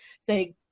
say